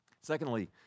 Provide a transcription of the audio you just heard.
Secondly